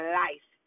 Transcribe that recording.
life